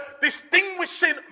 distinguishing